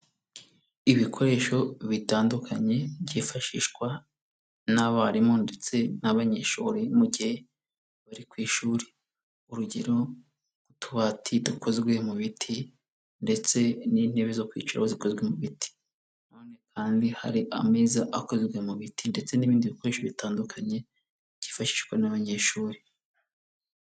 Ibikoresho bitandukanye byifashishwa n'abarimu ndetse n'abanyeshuri mu gihe bari ku ishuri, urugero utubati dukozwe mu biti, ndetse n'intebe zo kwicaraho zikozwe mu biti, kandi hari ameza akozwe mu biti ndetse n'ibindi bikoresho bitandukanye byifashishwa n'abanyeshuri.